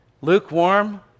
lukewarm